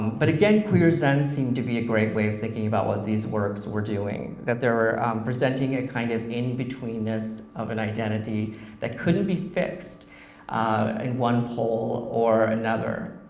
but again queer zen seemed to be a great way of thinking about what these works were doing. they're presenting a kind of in-betweenness of an identity that couldn't be fixed in one pole or another,